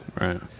Right